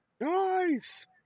Nice